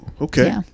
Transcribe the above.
Okay